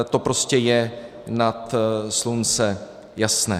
To prostě je nad slunce jasné.